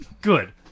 Good